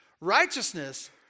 Righteousness